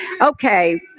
okay